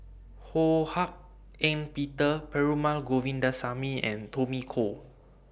Ho Hak Ean Peter Perumal Govindaswamy and Tommy Koh